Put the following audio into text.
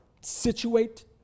situate